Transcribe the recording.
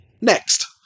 Next